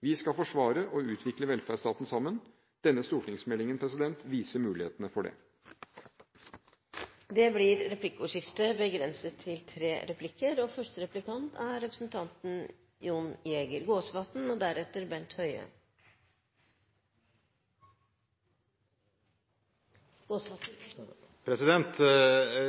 Vi skal forsvare og utvikle velferdsstaten sammen. Denne stortingsmeldingen viser mulighetene for det. Det blir replikkordskifte.